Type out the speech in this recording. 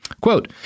Quote